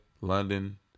London